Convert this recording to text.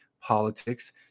politics